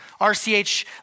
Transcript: RCH